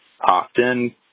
often